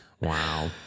Wow